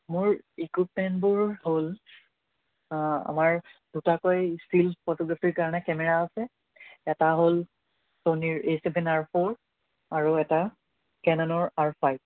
মোৰ ইকুইপমেণ্টবোৰ হ'ল আমাৰ দুটাকৈ ষ্টিল ফটোগ্ৰাফীৰ কাৰণে কেমেৰা আছে এটা হ'ল ছনীৰ এ ছেভেন আৰ ফ'ৰ আৰু এটা কেননৰ আৰ ফাইভ